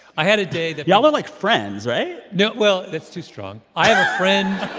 i had a day that. y'all are like friends, right? no. well, that's too strong i have a friend